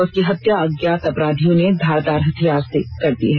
उसकी हत्या अज्ञात अपराधियों ने धारदार हथियार से की है